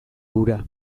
hura